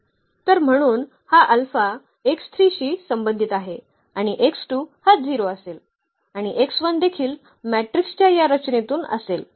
तर म्हणून हा अल्फा शी संबंधित आहे आणि हा 0 असेल आणि देखील मॅट्रिक्सच्या या रचनेतून असेल